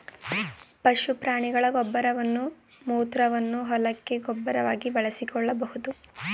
ಪಶು ಪ್ರಾಣಿಗಳ ಗೊಬ್ಬರವನ್ನು ಮೂತ್ರವನ್ನು ಹೊಲಕ್ಕೆ ಗೊಬ್ಬರವಾಗಿ ಬಳಸಿಕೊಳ್ಳಬೋದು